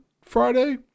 Friday